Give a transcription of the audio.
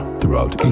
throughout